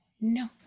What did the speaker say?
no